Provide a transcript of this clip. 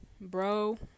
bro